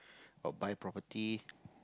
or buy property